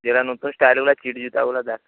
যেটা নতুন স্টাইলওয়ালা কিড জুতোগুলো দেখ